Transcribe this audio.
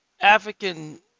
African